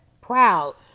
Proud